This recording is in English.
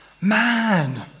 Man